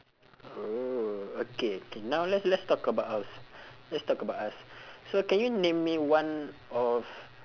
oh okay okay now let's let's talk about us let's talk about us so can you name me one of